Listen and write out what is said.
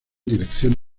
dirección